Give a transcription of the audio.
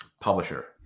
publisher